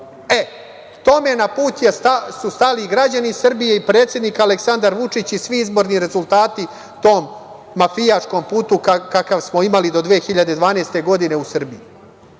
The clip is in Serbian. Srbija? Tome na put su stali građani Srbije i predsednik Aleksandar Vučić i svi izborni rezultati, tom mafijaškom putu kakav smo imali do 2012. godine u Srbiji.